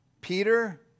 Peter